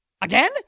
Again